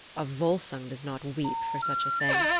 a volsung does not weep for such a thing.